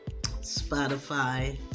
Spotify